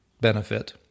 benefit